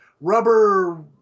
rubber